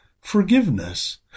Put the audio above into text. forgiveness